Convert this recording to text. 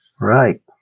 right